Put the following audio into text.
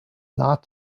not